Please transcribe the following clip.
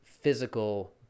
physical